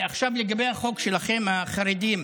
עכשיו, לגבי החוק שלכם, החרדים.